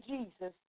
Jesus